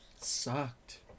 Sucked